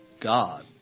God